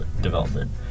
development